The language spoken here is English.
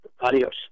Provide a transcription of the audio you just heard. Adios